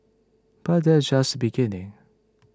but that's just beginning